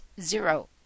zero